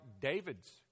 David's